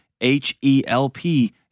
H-E-L-P